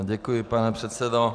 Děkuji, pane předsedo.